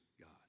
God